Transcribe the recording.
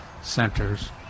centers